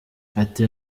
ati